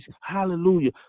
hallelujah